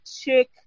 chick